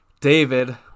David